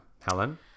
Helen